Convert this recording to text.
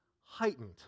heightened